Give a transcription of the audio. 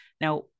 Now